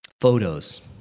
Photos